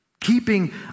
Keeping